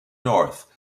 north